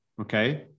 okay